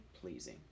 pleasing